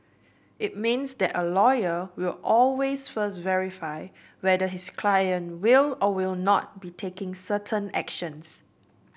it means that a lawyer will always first verify whether his client will or will not be taking certain actions